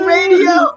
Radio